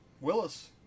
Willis